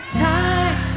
time